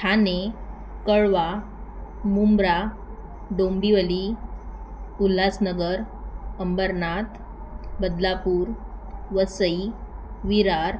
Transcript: Thane Kalwa Mumbra Dombivli Ulhasnagar Ambernath Badlapur Vasai Virar